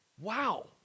Wow